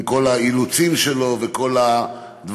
עם כל האילוצים שלו וכל הדברים,